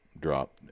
drop